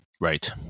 Right